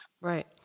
Right